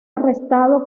arrestado